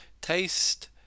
Taste